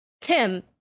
tim